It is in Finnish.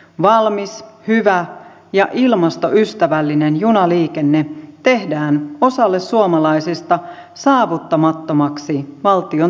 valmis hyvä ja ilmastoystävällinen junaliikenne tehdään osalle suomalaisista saavuttamattomaksi valtion toimesta